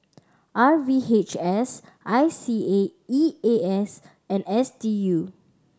R V H S I C A E A S and S D U